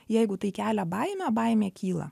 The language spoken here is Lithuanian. jeigu tai kelia baimę baimė kyla